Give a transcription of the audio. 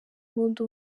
imbunda